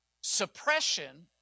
Suppression